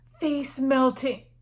face-melting